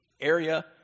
area